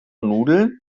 nudeln